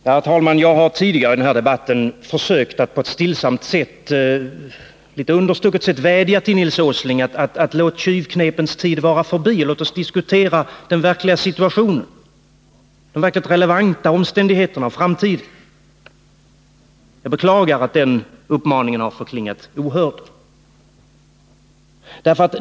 Herr talman! Jag har tidigare i den här debatten försökt att på ett stillsamt och litet förstucket sätt, får man väl säga, vädja till Nils Åsling att låta tjuvknepens tid vara förbi och låta oss diskutera den verkliga situationen, de verkligt relevanta omständigheterna och framtiden. Jag beklagar att den uppmaningen har förklingat ohörd.